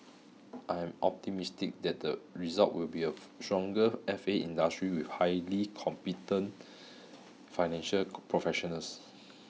I am optimistic that the result will be a stronger F A industry with highly competent financial professionals